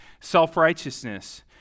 Self-righteousness